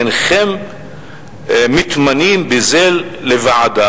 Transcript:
הינכם מתמנים בזה לוועדה,